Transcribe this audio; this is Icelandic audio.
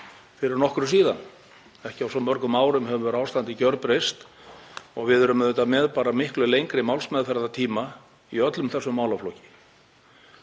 fyrir nokkru síðan. Ekki á svo mörgum árum hefur ástandið gjörbreyst og við erum auðvitað með miklu lengri málsmeðferðartíma í öllum þessum málaflokki.